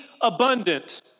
abundant